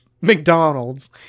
McDonald's